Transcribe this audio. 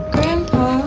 Grandpa